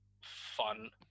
fun